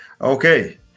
okay